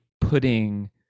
putting